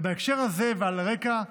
בהקשר הזה, ועל רקע,